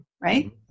right